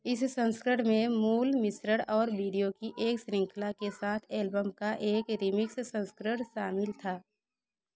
इस संस्करण में मूल मिश्रण और वीडियो की एक श्रृंखला के साथ एल्बम का एक रीमिक्स संस्करण शामिल था